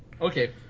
Okay